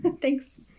Thanks